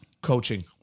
coaching